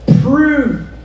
prove